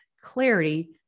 clarity